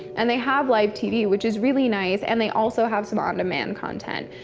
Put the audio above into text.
and they have live tv, which is really nice, and they also have some on-demand content,